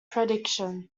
prediction